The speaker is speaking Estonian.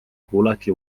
kuulati